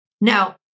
Now